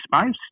space